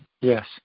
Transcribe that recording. Yes